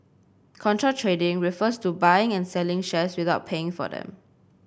contra trading refers to buying and selling shares without paying for them